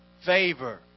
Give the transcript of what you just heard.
Favor